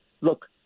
look